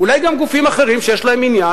ואולי גם גופים אחרים שיש להם עניין,